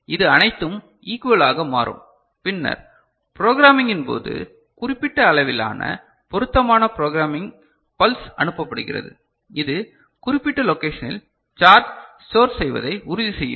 இது அனைத்தும் ஈகுவலாக மாறும் பின்னர் ப்ரோக்ராமிங்கின்போது குறிப்பிட்ட அளவிலான பொருத்தமான ப்ரோக்ராமிங் பல்ஸ் அனுப்புப்படுகிறது இது குறிப்பிட்ட லொகேஷனில் சார்ஜ் ஸ்டோர் செய்வதை உறுதி செய்யும்